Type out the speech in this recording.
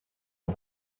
are